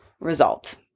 result